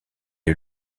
est